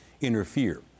interfere